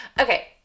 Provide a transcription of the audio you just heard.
Okay